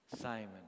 Simon